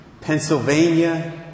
Pennsylvania